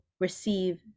receive